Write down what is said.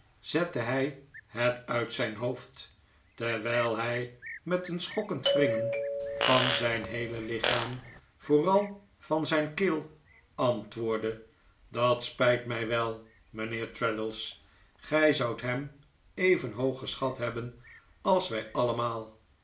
zette hij het uit zijn hoofd terwijl hij met een schokkend wringen van zijn heele lichaam vooral van zijn keel antwoordde dat spijt mij wel mijnheer traddles gij zoudt hem even hoog geschat hebben als wij allemaal